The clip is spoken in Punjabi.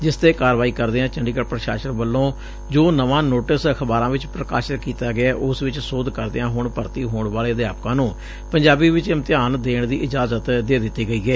ਜਿਸ ਤੇ ਕਾਰਵਾਈ ਕਰਦਿਆਂ ਚੰਡੀਗੜ ਪੁਸ਼ਾਸ਼ਨ ਵੱਲੋ ਜੋ ਨਵਾਂ ਨੋਟਿਸ ਅਖਬਾਰਾਂ ਵਿੱਚ ਪ੍ਰਕਾਸ਼ਿਤ ਕੀਤਾ ਗਿਐ ਉਸ ਵਿੱਚ ਸੋਧ ਕਰਦਿਆਂ ਹੁਣ ਭਰਤੀ ਹੋਣ ਵਾਲੇ ਅਧਿਆਪਕਾਂ ਨੂੰ ਪੰਜਾਬੀ ਵਿੱਚ ਇਮਤਿਹਾਨ ਦੇਣ ਦੀ ਇਜ਼ਾਜਤ ਦੇ ਦਿੱਤੀ ਗਈ ਏ